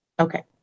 Okay